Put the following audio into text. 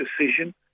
decision